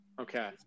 Okay